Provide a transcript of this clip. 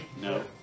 No